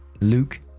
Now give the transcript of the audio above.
Luke